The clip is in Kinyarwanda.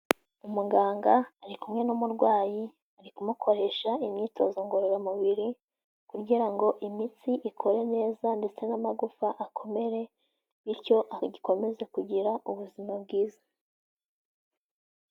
Umuganga ari kumwe n'umurwayi, ari kumukoresha imyitozo ngororamubiri, kugira ngo imitsi ikore neza ndetse n'amagufa akomere, bityo akomeze kugira ubuzima bwiza.